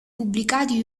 pubblicati